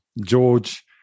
George